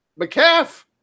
McCaff